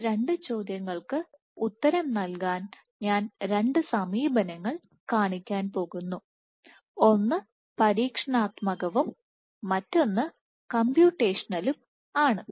ഈ രണ്ട് ചോദ്യങ്ങൾക്ക് ഉത്തരം നൽകാൻ ഞാൻ രണ്ട് സമീപനങ്ങൾ കാണിക്കാൻ പോകുന്നു ഒന്ന് പരീക്ഷണാത്മകവും മറ്റൊന്ന് കമ്പ്യൂട്ടേഷണലും ആണ്